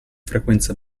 frequenza